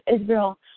Israel